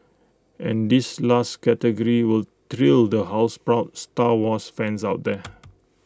and this last category will thrill the house proud star wars fans out there